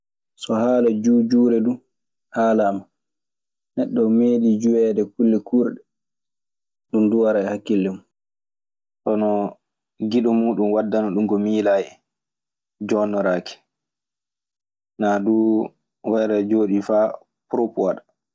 So hala juhu juhuredun haalaama nɗo neɗi juheede kulle kurɗe, ɗundu waran e hakkille mun. Hono giɗo muuɗun waddana ɗun ko miilaayi en, joonndoraaki. Naa duu, wayraa aɗe jooɗii faa prop wara.